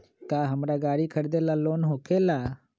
का हमरा गारी खरीदेला लोन होकेला?